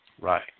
Right